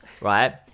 right